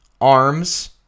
arms